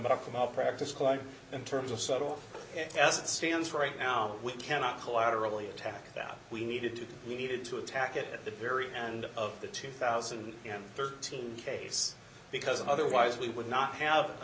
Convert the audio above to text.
medical malpractise quite in terms of subtle as it stands right now we cannot collaterally attack that we needed to we needed to attack it at the very end of the two thousand and thirteen case because otherwise we would not have a